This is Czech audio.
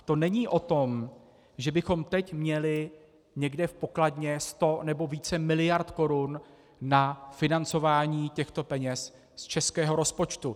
To není o tom, že bychom teď měli někde v pokladně 100 nebo více miliard korun na financování těchto peněz z českého rozpočtu.